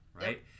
right